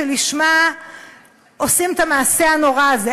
שלשמה עושים את המעשה הנורא הזה.